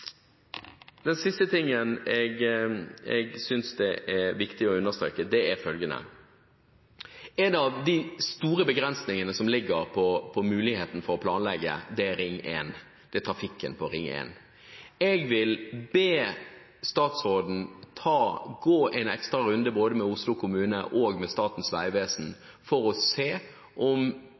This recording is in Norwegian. jeg syns det er viktig å understreke, er følgende: En av de store begrensningene i muligheten for å planlegge, er trafikken på Ring 1. Jeg vil be statsråden gå en ekstra runde både med Oslo kommune og med Statens vegvesen for å se om